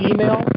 Email